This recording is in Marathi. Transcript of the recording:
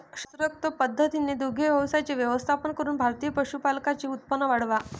शास्त्रोक्त पद्धतीने दुग्ध व्यवसायाचे व्यवस्थापन करून भारतीय पशुपालकांचे उत्पन्न वाढवा